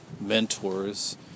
mentors